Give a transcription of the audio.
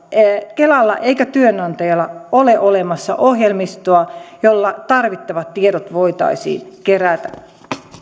kelalla tai työnantajalla ei ole olemassa ohjelmistoa jolla tarvittavat tiedot voitaisiin kerätä